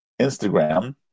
Instagram